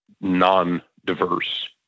non-diverse